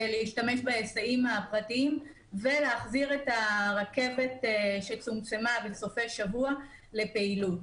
ולהחזיר את הרכבת שצומצמה בסופי שבוע לפעילות.